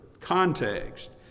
context